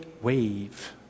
wave